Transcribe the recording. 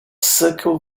circle